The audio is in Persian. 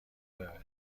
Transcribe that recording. ببرید